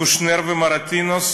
קושנר ומורטינוס,